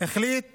החליט